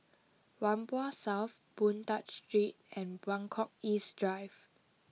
Whampoa South Boon Tat Street and Buangkok East Drive